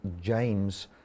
James